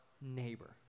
neighbor